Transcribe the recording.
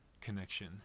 connection